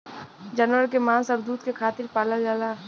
जानवर के मांस आउर दूध के खातिर पालल जाला